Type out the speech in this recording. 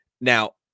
Now